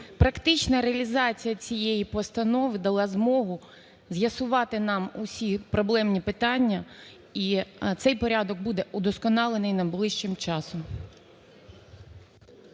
Практична реалізація цієї постанови дала змогу з'ясувати нам усі проблемні питання і цей порядок буде вдосконалений найближчим часом.